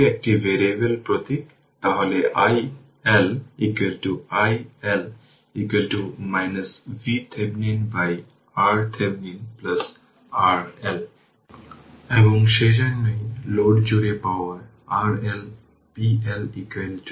একইভাবে এটিও প্রাথমিকভাবে 20 অ্যাম্পিয়ার যা সমস্ত t 0 এর জন্য এবং সুইচটি ক্লোজ ছিল বলে আমার মনে হয় এই ক্ষেত্রে এটি দীর্ঘ সময়ের জন্য ওপেন ছিল এবং 20 e t 2 t অ্যাম্পিয়ার 40 0